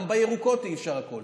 גם בירוקות אי-אפשר הכול.